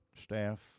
staff